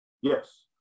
Yes